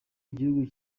igihugu